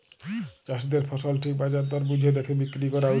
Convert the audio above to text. চাষীদের ফসল ঠিক বাজার দর বুঝে দ্যাখে বিক্রি ক্যরা উচিত